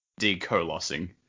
Decolossing